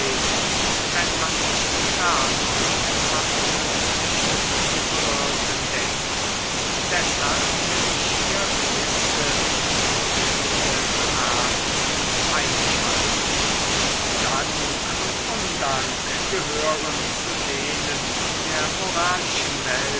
wenn man nicht dadurch etwas nützliches zu bewirken denkt deshalb will ich hier gewisse zudringende bemerkungen einschalten dank und undank gehören zu denen in der moralischen welt